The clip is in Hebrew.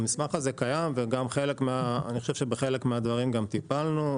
המסמך הזה קיים ואני חושב שגם בחלק מהדברים טיפלנו,